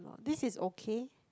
this is okay